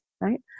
right